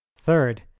third